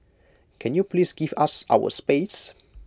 can you please give us our space